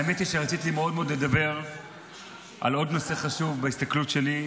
האמת היא שרציתי מאוד מאוד לדבר על עוד נושא חשוב בהסתכלות שלי,